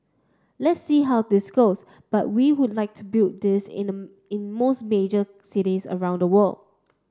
let's see how this goes but we would like to build this in the in most major cities around the world